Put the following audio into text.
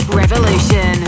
revolution